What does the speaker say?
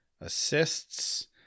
assists